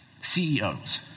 CEOs